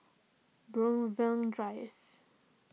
Brookvale Drive